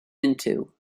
into